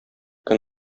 көн